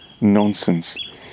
nonsense